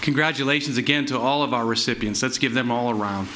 congratulations again to all of our recipients let's give them all around